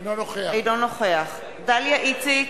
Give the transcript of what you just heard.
אינו נוכח דליה איציק,